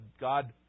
God